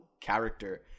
character